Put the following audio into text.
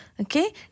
Okay